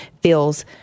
feels